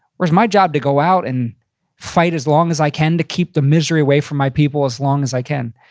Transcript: or is my job to go out and fight as long as i can to keep the misery away from my people as long as i can?